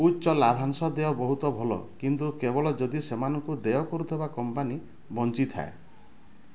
ଉଚ୍ଚ ଲାଭାଂଶ ଦେୟ ବହୁତ ଭଲ କିନ୍ତୁ କେବଳ ଯଦି ସେମାନଙ୍କୁ ଦେୟ କରୁଥିବା କମ୍ପାନୀ ବଞ୍ଚିଥାଏ